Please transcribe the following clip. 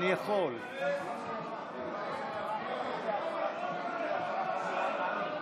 נא להכניס את כל אלה שהורחקו כדי להצביע.